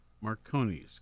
Marconi's